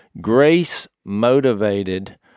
grace-motivated